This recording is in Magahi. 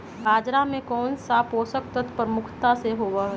बाजरा में कौन सा पोषक तत्व प्रमुखता से होबा हई?